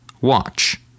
watch